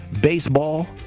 baseball